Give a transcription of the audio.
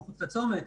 מחוץ לצומת,